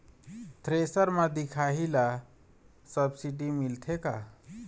Thresher म दिखाही ला सब्सिडी मिलथे का?